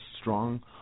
strong